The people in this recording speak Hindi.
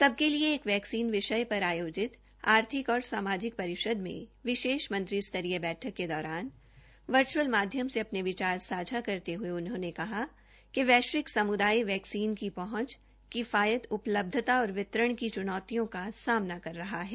सबके लिए एक वैक्सीन विषय पर आयोजित आर्थिक और सामाजिक परिषद की विषेष मंत्रीस्तरीय बैठक के दौरान वर्च्अल माध्यम से अपने विचार सांझा करते हुए उन्होंने कहा कि वैष्विक समुदाय वैक्सीन की पहंच किफायत उपलब्धता और वितरण की चनौतियों का सामना कर रहा है